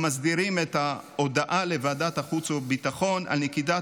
המסדירים את ההודעה לוועדת החוץ והביטחון על נקיטת